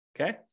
Okay